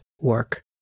work